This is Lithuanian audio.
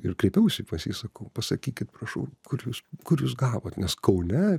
ir kreipiausi pas jį sakau pasakykit prašau kur jūs kur jūs gavot nes kaune